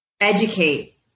educate